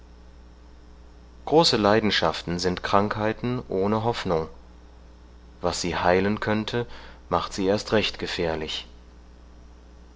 große leidenschaften sind krankheiten ohne hoffnung was sie heilen könnte macht sie erst recht gefährlich